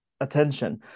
attention